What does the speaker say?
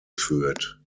führt